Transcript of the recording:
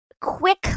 quick